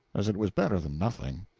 as it was better than nothing.